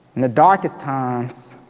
in the darkest times,